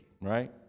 right